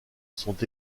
sont